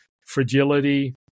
fragility